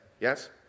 Yes